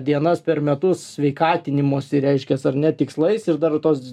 dienas per metus sveikatinimosi reiškias ar ne tikslais ir dar tos